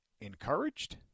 encouraged